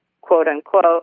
quote-unquote